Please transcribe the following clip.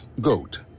GOAT